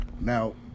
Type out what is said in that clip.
Now